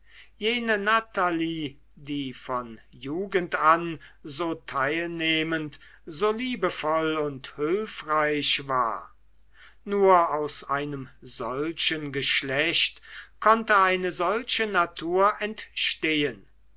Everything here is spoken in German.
jene natalie die von jugend an so teilnehmend so liebevoll und hülfreich war nur aus einem solchen geschlecht konnte eine solche natur entstehen